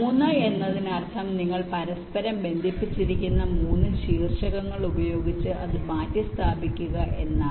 3 എന്നതിനർത്ഥം നിങ്ങൾ പരസ്പരം ബന്ധിപ്പിച്ചിരിക്കുന്ന 3 വെർട്ടിസസ് ഉപയോഗിച്ച് അത് മാറ്റിസ്ഥാപിക്കുക എന്നാണ്